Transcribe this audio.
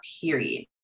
period